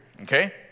Okay